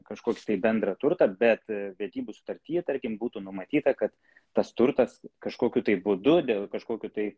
kažkoks tai bendrą turtą bet vedybų sutarty tarkim būtų numatyta kad tas turtas kažkokiu tai būdu dėl kažkokių tai